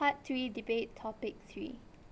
part three debate topic three